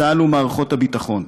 צה״ל ומערכות הביטחון.